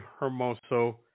Hermoso